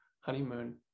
honeymoon